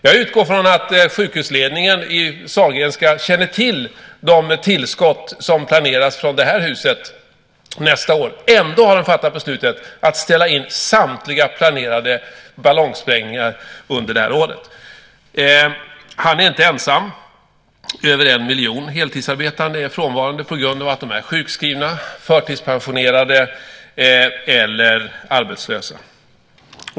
Jag utgår från att sjukhusledningen på Sahlgrenska känner till de tillskott som planeras från det här huset nästa år. Ändå har de fattat beslutet att ställa in samtliga planerade ballongsprängningar under det året. Hans Hedman är inte ensam. Över en miljon heltidsarbetande är frånvarande på grund av att de är sjukskrivna, förtidspensionerade eller arbetslösa.